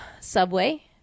Subway